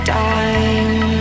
time